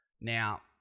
Now